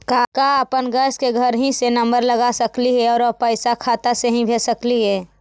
का अपन गैस के घरही से नम्बर लगा सकली हे और पैसा खाता से ही भेज सकली हे?